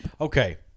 Okay